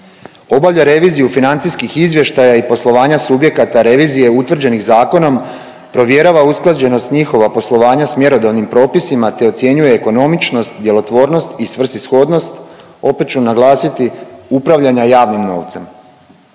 Obavlja reviziju financijskih izvještaja i poslovanja subjekata revizije utvrđenih zakonom, provjerava usklađenost njihova poslovanja s mjerodavnim propisima te ocjenjuje ekonomičnost, djelotvornost i svrsishodnost, opet ću naglasiti, upravljanja javnim novcem.